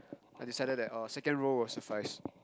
I decided that orh second row will suffice